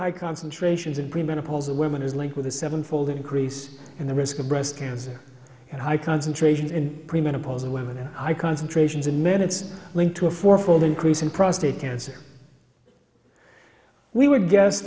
high concentrations in premenopausal women is linked with a seven fold increase in the risk of breast cancer and high concentration in premenopausal women and i concentrations in men it's linked to a four fold increase in prostate cancer we were guess